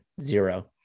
zero